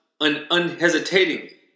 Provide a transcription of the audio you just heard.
unhesitatingly